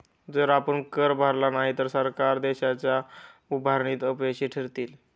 जर आपण कर भरला नाही तर सरकार देशाच्या उभारणीत अपयशी ठरतील